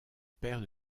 père